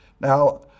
Now